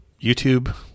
YouTube